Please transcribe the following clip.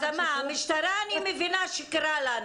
אז אני מבינה שהמשטרה שיקרה לנו.